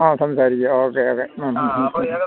ആ സംസാരിക്കാം okay okay